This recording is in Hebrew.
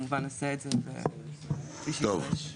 כמובן נעשה את זה כפי שיידרש.